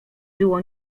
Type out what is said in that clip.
było